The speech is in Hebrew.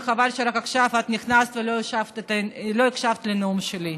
וחבל שרק עכשיו את נכנסת ולא הקשבת לנאום שלי.